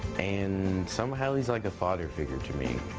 and somehow he's like a father figure to me.